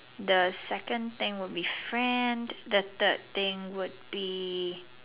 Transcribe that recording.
the second thing would be friend the third thing would be